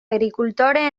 agricultores